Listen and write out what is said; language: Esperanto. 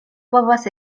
povas